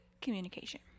communication